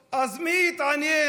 אז מי יתעניין